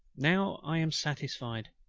now i am satisfied.